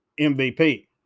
MVP